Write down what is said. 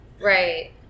Right